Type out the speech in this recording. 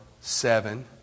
seven